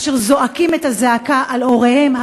אשר זועקים את הזעקה על הוריהם,